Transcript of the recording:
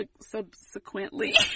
subsequently